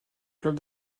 clubs